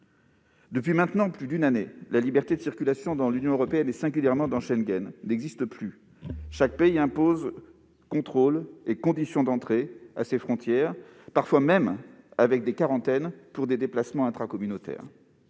Depuis maintenant plus d'une année, la liberté de circulation dans l'Union européenne et, singulièrement, dans l'espace Schengen n'existe plus. Chaque pays impose contrôles et conditions d'entrée à ses frontières, parfois même avec des quarantaines pour des déplacements intracommunautaires,